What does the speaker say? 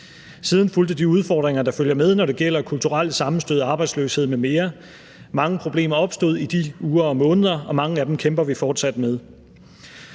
Siden fulgte de udfordringer, der følger med, når det gælder kulturelle sammenstød og arbejdsløshed m.m. Mange problemer opstod i de uger og måneder, og mange af dem kæmper vi fortsat med.